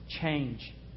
change